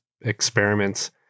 experiments